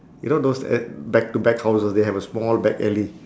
you know those at back to back houses they have a small back alley